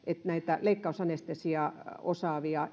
leikkaussalista ja leikkausanestesiaa osaavista